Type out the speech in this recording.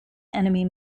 enemy